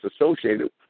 associated